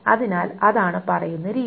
അതിനാൽ അതാണ് പറയുന്ന രീതി